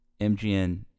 MGN